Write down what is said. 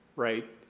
right.